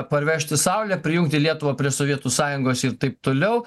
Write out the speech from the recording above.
parvežti saulę prijungti lietuvą prie sovietų sąjungos ir taip toliau